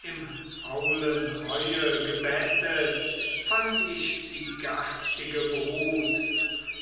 im faulen heue gebettet fand ich die garstige brut